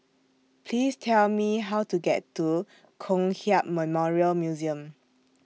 Please Tell Me How to get to Kong Hiap Memorial Museum